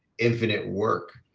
infinite work,